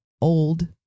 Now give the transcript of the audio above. old